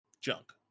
Junk